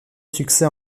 succès